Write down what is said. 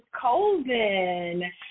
Colvin